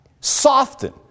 soften